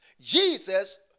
Jesus